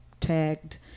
tagged